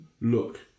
Look